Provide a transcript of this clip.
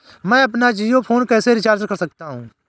मैं अपना जियो फोन कैसे रिचार्ज कर सकता हूँ?